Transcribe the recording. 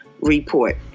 report